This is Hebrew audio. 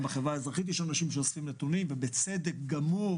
גם בחברה האזרחית יש אנשים שאוספים נתונים ובצדק גמור,